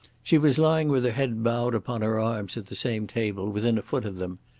she was lying with her head bowed upon her arms at the same table, within a foot of them.